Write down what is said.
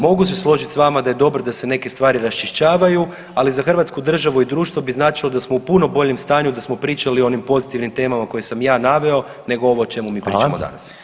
Mogu se složiti s vama da je dobro da se neke stvari raščišćavaju, ali za Hrvatsku državu i društvo bi značilo da smo u puno boljem stanju da smo pričali o onim pozitivnim temama koje sam ja naveo nego ovo o čemu mi pričamo danas.